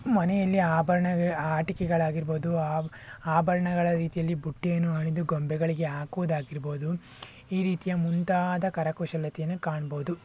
ಮನೆಯಲ್ಲಿ ಆಭರಣಗಳ ಆಟಿಕೆಗಳಾಗಿರಬಹುದು ಆಭ್ ಆಭರಣಗಳ ರೀತಿಯಲ್ಲಿ ಬುಟ್ಟಿಯನ್ನು ಹೆಣೆದು ಗೊಂಬೆಗಳಿಗೆ ಹಾಕುವುದಾಗಿರಬಹುದು ಈ ರೀತಿಯ ಮುಂತಾದ ಕರಕುಶಲತೆಯನ್ನು ಕಾಣಬಹುದು